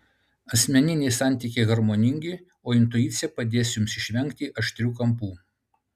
asmeniniai santykiai harmoningi o intuicija padės jums išvengti aštrių kampų